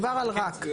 מדובר על רק.